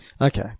Okay